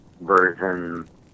version